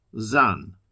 Zan